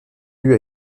due